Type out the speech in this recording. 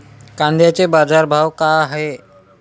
कांद्याचे बाजार भाव का हाये?